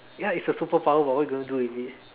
ya it's a superpower but what you going to do with it